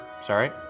sorry